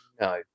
no